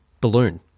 balloon